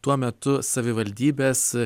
tuo metu savivaldybės